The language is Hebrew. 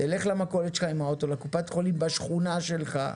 תלך למכולת שלך עם האוטו, לקופת חולים בשכונה שלך,